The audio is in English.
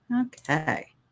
okay